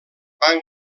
van